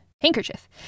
handkerchief